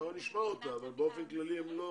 נשמע אותם אבל באופן כללי.